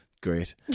Great